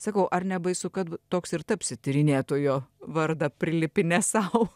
sakau ar nebaisu kad toks ir tapsi tyrinėtojo vardą prilipinęs sau